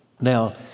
Now